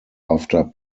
after